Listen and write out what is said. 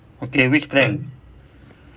okay which plan